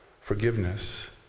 forgiveness